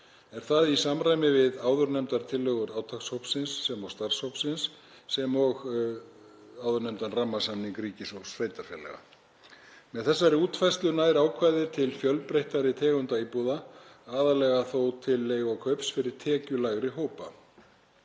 Er það í samræmi við áðurnefndar tillögur átakshópsins og starfshópsins sem og við áðurnefndan rammasamning ríkis og sveitarfélaga. Með þessari útfærslu nær ákvæðið til fjölbreyttari tegunda íbúða, aðallega þó til leigu og kaups fyrir tekjulægri hópa,